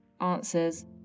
Answers